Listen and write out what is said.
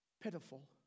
pitiful